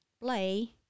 play